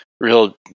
real